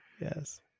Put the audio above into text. yes